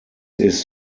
ist